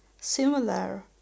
similar